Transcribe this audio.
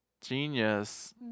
genius